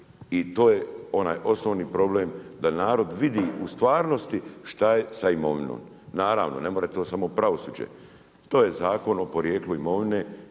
I to je onaj osnovni problem da narod vidi u stvarnosti šta je sa imovinom. Naravno, ne može to samo pravosuđe, to je Zakon o porijeklu imovine,